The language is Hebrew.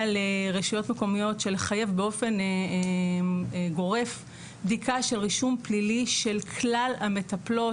לרשויות מקומיות לחייב באופן גורף בדיקה של רישום פלילי של כלל המטפלות,